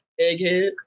egghead